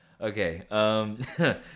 Okay